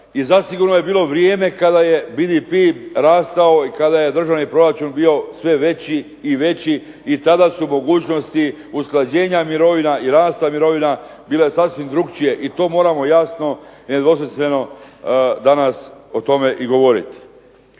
zasigurno je bilo vrijeme kada je BDP rastao i kada je državni proračun bio sve veći i veći i tada su mogućnosti usklađenja mirovina i rasta mirovina bile sasvim drukčije i to moramo jasno i nedvosmisleno danas o tome i govoriti.